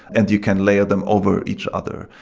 and you can layer them over each other.